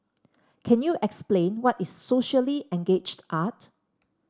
can you explain what is socially engaged art